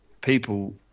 people